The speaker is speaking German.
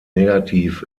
negativ